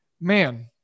Man